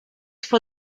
for